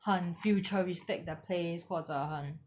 很 futuristic the place 或者很